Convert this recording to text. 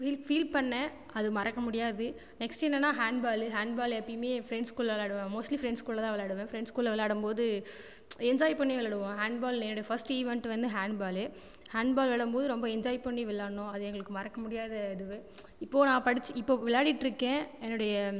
ஃபீ feel பண்ணேன் அது மறக்கமுடியாது நெக்ஸ்ட் என்னென்னா ஹேண்ட்பாலு ஹேண்ட்பால் எப்பையுமே ஃப்ரெண்ட்ஸ்குள்ளே விளாடுவோம் மோஸ்ட்லி ஃப்ரெண்ட்ஸ்குள்ளே தான் விளாடுவேன் ஃப்ரெண்ட்ஸ்குள்ளே விளாடபோது என்ஜாய் பண்ணி விளாடுவோம் ஹேண்ட்பால் என்னோடய ஃபர்ஸ்ட் ஈவென்ட் வந்து ஹேண்ட் பாலு ஹேண்ட்பால் விளாடபோது ரொம்ப என்ஜாய் பண்ணி விளாடனும் அது எங்களுக்கு மறக்க முடியாத இதுவு இப்போ நான் படிச்சு இப்போ விளாடிட்டுருக்கேன் என்னோடைய